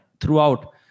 throughout